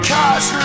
Cause